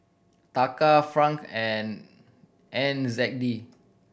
taka franc and N Z D